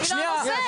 היא לא הנושא.